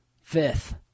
Fifth